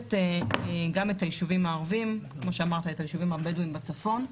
כוללת גם את היישובים הערביים ואת היישובים הבדואים בצפון.